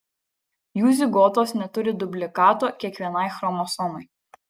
jų zigotos neturi dublikato kiekvienai chromosomai